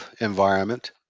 environment